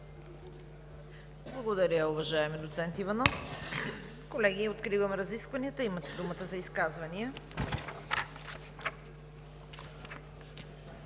Благодаря, уважаеми доцент Иванов. Колеги, откривам разискванията. Имате думата за изказвания.